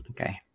okay